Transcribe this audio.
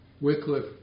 Wycliffe